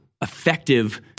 effective